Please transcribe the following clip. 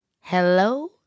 Hello